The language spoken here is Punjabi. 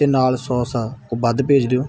ਅਤੇ ਨਾਲ ਸੋਸ ਉਹ ਵੱਧ ਭੇਜ ਦਿਓ